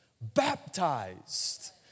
Baptized